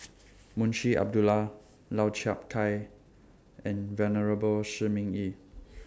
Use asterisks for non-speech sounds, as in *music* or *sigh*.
*noise* Munshi Abdullah Lau Chiap Khai and Venerable Shi Ming Yi *noise*